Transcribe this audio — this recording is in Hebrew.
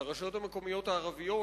על הרשויות המקומיות הערביות,